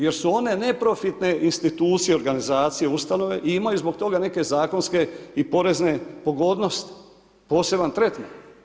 Jer su one neprofitne institucije, organizacije, ustanove i imaju zbog toga neke zakonske i porezne pogodnosti, poseban tretman.